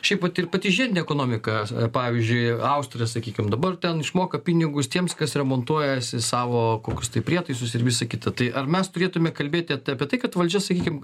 šiaip vat ir pati žiedinė ekonomika pavyzdžiui austrijoj sakykim dabar ten išmoka pinigus tiems kas remontuojasi savo kokius tai prietaisus ir visa kita tai ar mes turėtume kalbėti apie tai kad valdžia sakykim